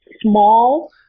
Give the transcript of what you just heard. small